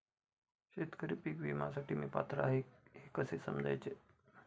शेतकरी पीक विम्यासाठी मी पात्र आहे हे कसे समजायचे?